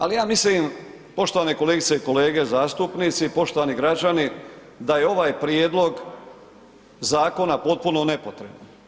Ali ja mislim poštovane kolegice i kolege zastupnici, poštovani građani da je ovaj prijedlog zakona potpuno nepotreban.